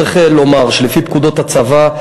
צריך לומר שלפי פקודות הצבא,